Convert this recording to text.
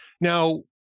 Now